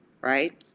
right